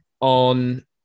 on